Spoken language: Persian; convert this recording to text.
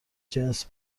جنس